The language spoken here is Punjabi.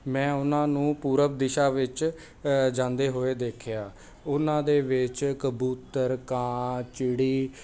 ਮੈਂ ਉਹਨਾਂ ਨੂੰ ਪੂਰਵ ਦਿਸ਼ਾ ਵਿੱਚ ਜਾਂਦੇ ਹੋਏ ਦੇਖਿਆ ਉਹਨਾਂ ਦੇ ਵਿੱਚ ਕਬੂਤਰ ਕਾਂ ਚਿੜੀ